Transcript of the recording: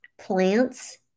plants